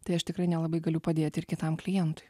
tai aš tikrai nelabai galiu padėt ir kitam klientui